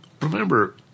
Remember